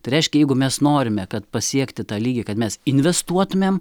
tai reiškia jeigu mes norime kad pasiekti tą lygį kad mes investuotumėm